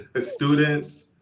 students